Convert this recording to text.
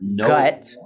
gut